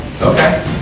Okay